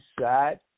side